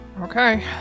Okay